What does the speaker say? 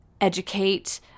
educate